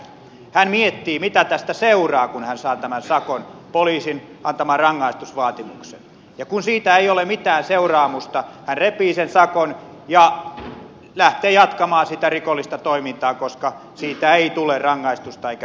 hän miettii mitä tästä seuraa kun hän saa tämän sakon poliisin antaman rangaistusvaatimuksen ja kun siitä ei ole mitään seuraamusta hän repii sen sakon ja lähtee jatkamaan sitä rikollista toimintaa koska siitä ei tule rangaistusta eikä seuraamusta